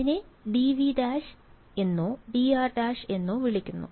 അതിനെ dv′ എന്നോ dr′ എന്നോ വിളിക്കുന്നു